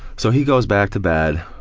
so he goes back to bed,